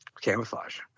camouflage